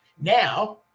Now